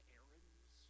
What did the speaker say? errands